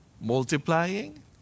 Multiplying